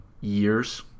years